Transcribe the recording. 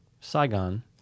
Saigon